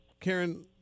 Karen